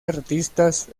artistas